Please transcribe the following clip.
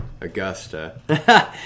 Augusta